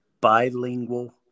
bilingual